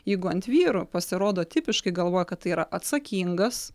jeigu ant vyro pasirodo tipiškai galvoja kad tai yra atsakingas